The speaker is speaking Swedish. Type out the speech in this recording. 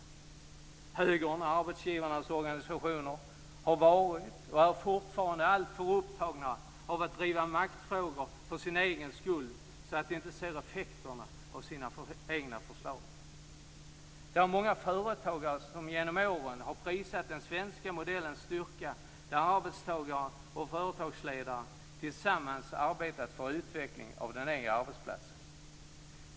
Högern och arbetsgivarnas organisationer har varit och är fortfarande alltför upptagna av att driva maktfrågor för sin egen skull, så att de inte ser effekterna av sina egna förslag. Det är många företagare som genom åren har prisat den svenska modellens styrka, där arbetstagare och företagsledare tillsammans arbetat för utvecklingen av den egna arbetsplatsen.